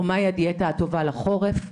מהי הדיאטה הטובה לחורף,